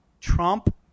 trump